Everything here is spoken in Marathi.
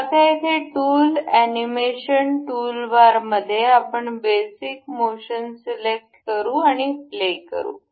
तर आता येथे टूल अॅनिमेशन टूलबारमध्ये आपण बेसिक मोशन सिलेक्ट करू आणि प्ले करू